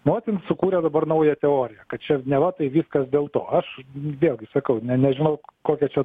nu vat jin sukūrė dabar naują teoriją kad čia neva tai viskas dėl to aš vėlgi sakau ne ne nežinau kokia čia